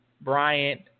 Bryant